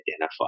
identify